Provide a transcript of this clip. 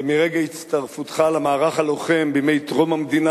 מרגע הצטרפותך למערך הלוחם בימי טרום המדינה,